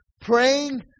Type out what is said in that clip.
praying